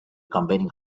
combining